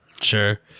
Sure